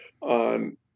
on